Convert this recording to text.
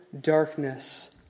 darkness